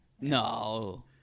no